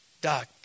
Doc